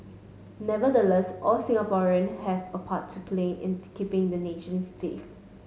nevertheless all Singaporean have a part to play in keeping the nation safe